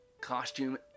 costume